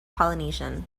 polynesian